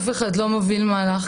אף אחד לא מביא מהלך,